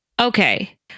okay